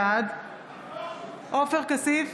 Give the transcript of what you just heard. בעד עופר כסיף,